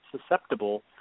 susceptible